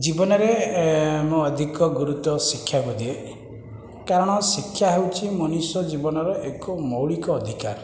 ଜୀବନରେ ମୁଁ ଅଧିକ ଗୁରୁତ୍ଵ ଶିକ୍ଷାକୁ ଦିଏ କାରଣ ଶିକ୍ଷା ହେଉଛି ମଣିଷ ଜୀବନର ଏକ ମୌଳିକ ଅଧିକାର